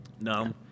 No